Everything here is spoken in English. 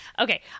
Okay